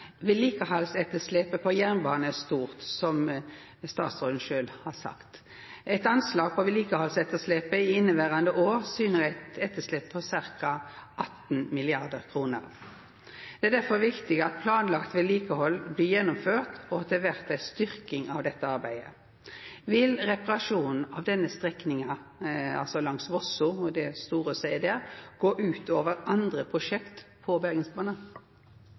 Vedlikehaldsetterslepet på jernbane er stort, som statsråden sjølv har sagt. Eit anslag på vedlikehaldsetterslepet i inneverande år syner eit etterslep på ca. 18 mrd. kr. Det er difor viktig at planlagt vedlikehald blir gjennomført, og at det blir ei styrking av dette arbeidet. Vil reparasjonen av denne strekninga, altså langs Vosso og det sporet som er der, gå ut over andre prosjekt på Bergensbana?